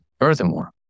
Furthermore